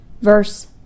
verse